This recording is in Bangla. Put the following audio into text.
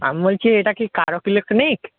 আমি বলছি এটা কি কারক ইলেকট্রনিক